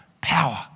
power